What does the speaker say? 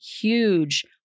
huge